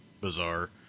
bizarre